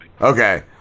Okay